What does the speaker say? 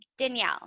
Danielle